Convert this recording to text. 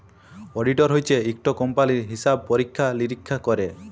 auditor হছে ইকট কম্পালির হিসাব পরিখ্খা লিরিখ্খা ক্যরে